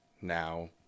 now